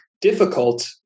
difficult